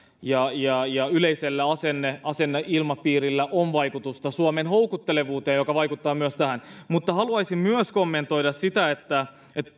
ja ja yleisellä asenneilmapiirillä on vaikutusta suomen houkuttelevuuteen joka vaikuttaa myös tähän mutta haluaisin myös kommentoida sitä että